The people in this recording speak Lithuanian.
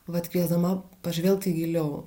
vat kviesdama pažvelgti giliau